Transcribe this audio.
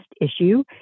issue